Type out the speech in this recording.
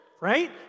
right